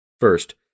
First